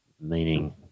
meaning